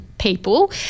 people